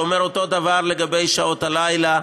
שאומר את אותו דבר לגבי שעות הלילה.